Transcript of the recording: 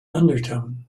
undertone